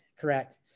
correct